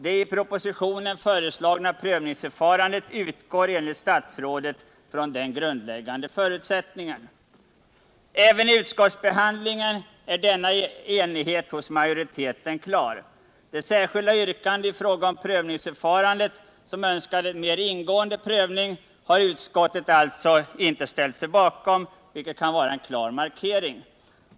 Det i propositionen föreslagna prövningsförfarandet utgår enligt statsrådet från denna grundläg gande förutsättning. Även vid utskottsbehandlingen var denna enighet hos majoriteten klar. Det särskilda yttrande i fråga om prövningsförfarandet där det önskas en mer ingående prövning har utskottet alltså inte ställt sig bakom, vilket kan ses som en klar markering.